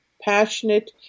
passionate